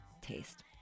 taste